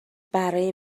برای